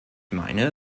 meine